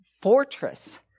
fortress